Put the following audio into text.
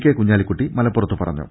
K Kunhalikutty മലപ്പുറത്ത് പറഞ്ഞു